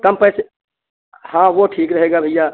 कम पैसे हाँ वो ठीक रहेगा भैया